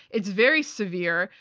it's very severe,